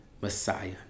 Messiah